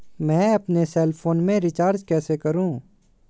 मैं अपने cell phone में रिचार्ज कैसे करूँ?